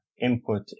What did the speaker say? input